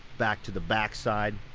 back to the back side